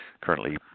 currently